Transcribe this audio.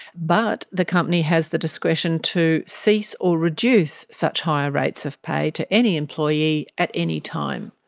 but the company has the discretion to cease or reduce such higher rates of pay to any employee at any time.